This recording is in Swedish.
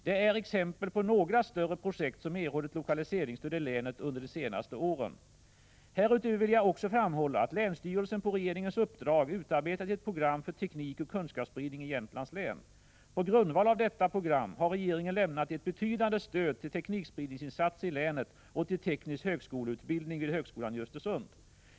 Det är exempel på några större = 7 : SM nes Rå SNR ä i Norrlands projekt som erhållit lokaliseringsstöd i länet under de senaste åren. ; inland, m.m. Härutöver vill jag också framhålla att länsstyrelsen på regeringens uppdrag utarbetat ett program för teknikoch kunskapsspridning i Jämtlands län. På grundval av detta program har regeringen lämnat ett betydande stöd till teknikspridningsinsatser i länet och till teknisk högskoleutbildning vid högskolan i Östersund.